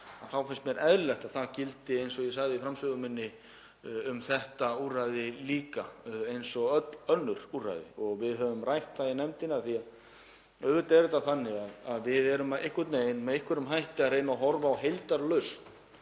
sjálfsagt og eðlilegt að það gildi, eins og ég sagði í framsögu minni, um þetta úrræði líka eins og öll önnur úrræði. Við höfum rætt það í nefndinni að auðvitað er þetta þannig að við erum einhvern veginn með einhverjum hætti að reyna að horfa á heildarlausn,